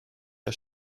der